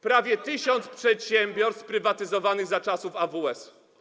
Prawie tysiąc przedsiębiorstw sprywatyzowanych za czasów AWS-u.